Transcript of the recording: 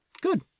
good